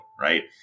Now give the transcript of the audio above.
right